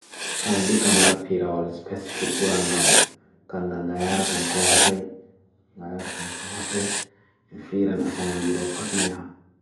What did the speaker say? Mi yaran bone ngam be vowai be am, mi munyan mi hosa wakkati har be vowa be am.